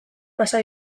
pasa